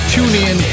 TuneIn